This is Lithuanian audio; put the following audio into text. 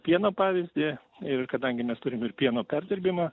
pieno pavyzdį ir kadangi mes turim ir pieno perdirbimą